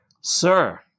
sir